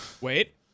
Wait